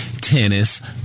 tennis